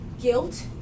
guilt